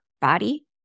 body